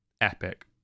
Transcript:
epic